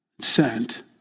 sent